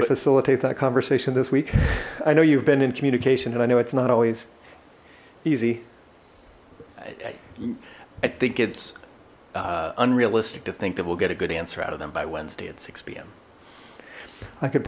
facilitate that conversation this week i know you've been in communication and i know it's not always easy i think it's unrealistic to think that we'll get a good answer out of them by wednesday at six zero p m i could